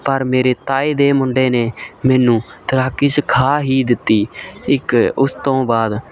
ਪਰ ਮੇਰੇ ਤਾਏ ਦੇ ਮੁੰਡੇ ਨੇ ਮੈਨੂੰ ਤੈਰਾਕੀ ਸਿਖਾ ਹੀ ਦਿੱਤੀ ਇੱਕ ਉਸ ਤੋਂ ਬਾਅਦ